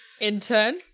Intern